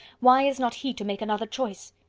why is not he to make another choice?